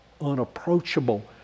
unapproachable